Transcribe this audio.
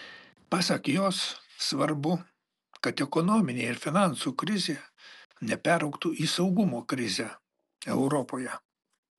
pasak jos svarbu kad ekonominė ir finansų krizė neperaugtų į saugumo krizę europoje